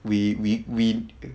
we we we